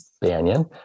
Banyan